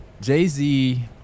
Jay-Z